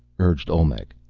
urged olmec,